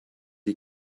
die